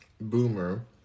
boomer